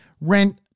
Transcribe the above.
rent